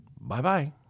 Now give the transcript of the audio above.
Bye-bye